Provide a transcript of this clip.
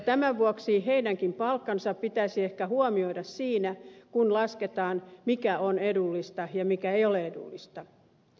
tämän vuoksi heidänkin palkkansa pitäisi ehkä huomioida siinä kun lasketaan mikä on edullista ja mikä ei ole edullista